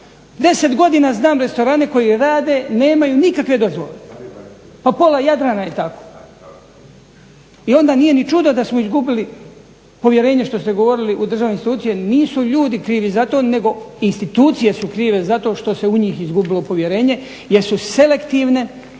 10 godina znam restorane koji rade, nemaju nikakve dozvole. Pa pola Jadrana je tako. I onda nije ni čudo da smo izgubili povjerenje što ste govorili u državne institucije, nisu ljudi krivi za to, nego institucije su krive za to što se u njih izgubilo povjerenje jer su selektivne